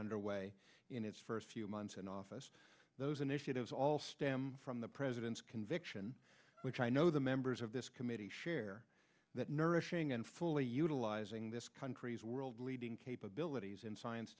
underway in its first few months in office those initiatives all stem from the president's conviction which i know the members of this committee share that nourishing and fully utilizing this country's world leading capabilities in science